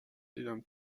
دیدم